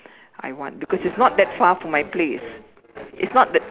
I want because it's not that far from my place it's not that